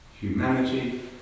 humanity